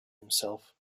himself